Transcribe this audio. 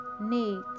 need